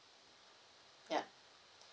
ya